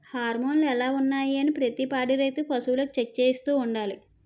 హార్మోన్లు ఎలా ఉన్నాయి అనీ ప్రతి పాడి రైతు పశువులకు చెక్ చేయిస్తూ ఉండాలి